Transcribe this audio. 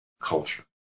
culture